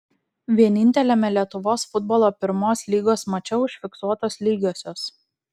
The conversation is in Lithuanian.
vieninteliame lietuvos futbolo pirmos lygos mače užfiksuotos lygiosios